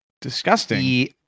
disgusting